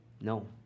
No